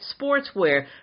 sportswear